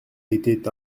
était